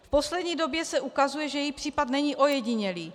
V poslední době se ukazuje, že její případ není ojedinělý.